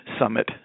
summit